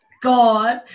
God